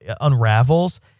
unravels